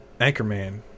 Anchorman